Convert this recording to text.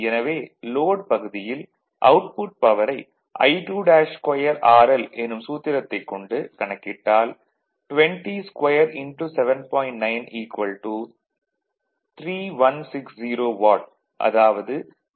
எனவே லோட் பகுதியில் அவுட்புட் பவரை I2'2 RL எனும் சூத்திரத்தைக் கொண்டு கணக்கிட்டால் 202 7